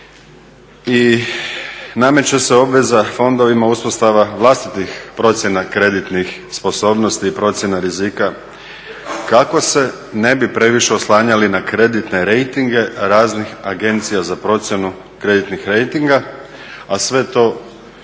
i nameće se obveza fondovima uspostava vlastitih procjena kreditnih sposobnosti, i procjena rizika kako se ne bi previše oslanjali na kreditne rejtinge raznih agencija za procjenu kreditnih rejtinga a sve to